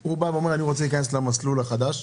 הוא בא ואומר שהוא רוצה להיכנס למסלול החדש.